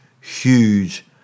huge